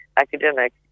academic